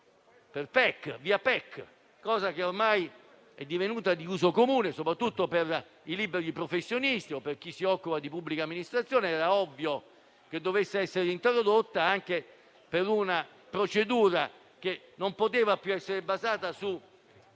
(PEC), una pratica che ormai è divenuta di uso comune, soprattutto per i liberi professionisti o per chi si occupa di pubblica amministrazione, ed era ovvio che dovesse essere introdotta anche per una procedura che non poteva più essere basata su